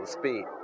speed